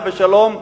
עליו השלום,